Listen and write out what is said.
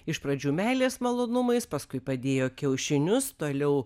iš pradžių meilės malonumais paskui padėjo kiaušinius toliau